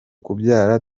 kubyara